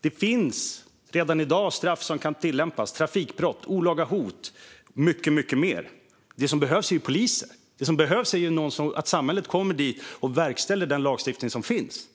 Det finns redan i dag straff som kan tillämpas, till exempel för trafikbrott, olaga hot och mycket mer. Det som behövs är ju poliser. Det som behövs är att samhället kommer dit och verkställer den lagstiftning som finns.